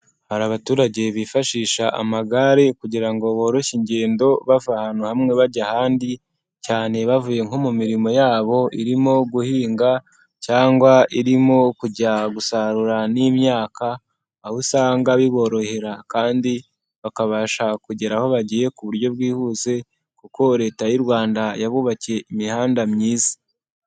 Hari abaturage bifashisha amagare kugira ngo boroshye ingendo bava ahantu hamwe bajya ahandi, cyane bavuye nko mu mirimo yabo irimo guhinga cyangwa irimo kujya gusarura n'imyaka, aho usanga biborohera kandi bakabasha kugera aho bagiye ku buryo bwihuse kuko Leta y'u Rwanda yabubakiye imihanda myiza.